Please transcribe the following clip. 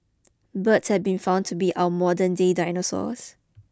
birds have been found to be our modernday dinosaurs